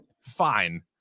fine